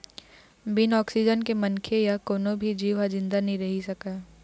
बिन ऑक्सीजन के मनखे य कोनो भी जींव ह जिंदा नइ रहि सकय